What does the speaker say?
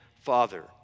Father